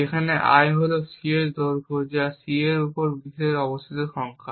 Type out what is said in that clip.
যেখানে l হল C এর দৈর্ঘ্য যা C তে উপস্থিত বিটের সংখ্যা